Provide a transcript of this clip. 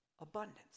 abundance